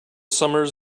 summers